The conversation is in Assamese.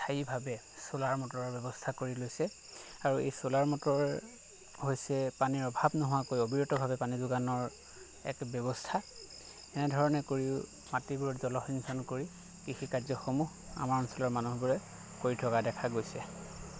স্থায়ীভাৱে ছ'লাৰ মটৰৰ ব্যৱস্থা কৰি লৈছে আৰু এই ছ'লাৰ মটৰ হৈছে পানীৰ অভাৱ নোহোৱাকৈ অবিৰতভাৱে পানী যোগানৰ এক ব্যৱস্থা এনেধৰণে কৰিও মাটিবোৰত জলসিঞ্চন কৰি কৃষি কাৰ্যসমূহ আমাৰ অঞ্চলৰ মানুহবোৰে কৰি থকা দেখা গৈছে